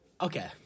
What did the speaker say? Okay